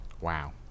Wow